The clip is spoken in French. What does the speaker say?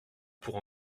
pour